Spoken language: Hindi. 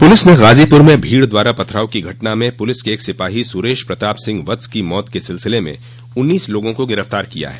पुलिस ने गाजोपुर में भीड़ द्वारा पथराव की घटना में पुलिस के एक सिपाही सुरेश प्रताप सिंह वत्स की मौत के सिलसिले में उन्नीस लोगों को गिरफ्तार किया है